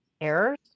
errors